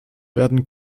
werden